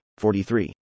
43